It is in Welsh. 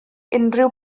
unrhyw